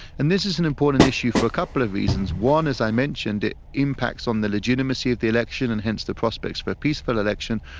and this is an important issue for a couple of reasons. one, as i mentioned, it impacts on the legitimacy of the election and hence the prospects of a peaceful election,